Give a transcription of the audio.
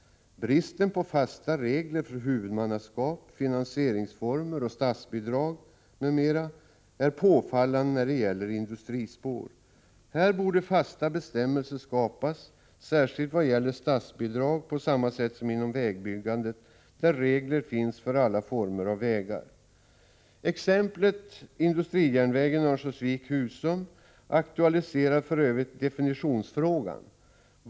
Bristen på fasta regler för huvudmannaskap, finansieringsformer och statsbidrag m.m. är påfallande när det gäller industrispår. Här borde fasta bestämmelser skapas, särskilt vad gäller statsbidrag, som kan utgå på samma sätt som inom vägbyggandet, där regler finns för alla former av vägar. Exemplet industrijärnvägen Örnsköldsvik-Husum aktualiserar för övrigt definitionsfrågan.